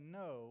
no